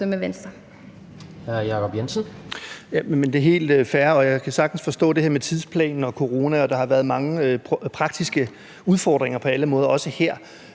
jeg kan sagtens forstå det her med tidsplanen og corona, og at der har været mange praktiske udfordringer på alle måder, også her.